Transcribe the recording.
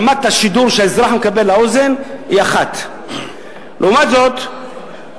רמת השידור שהאזרח מקבל לאוזן היא 1. לעומת זאת,